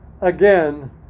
again